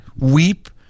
Weep